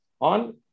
on